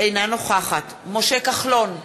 אינה נוכחת משה כחלון,